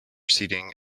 seating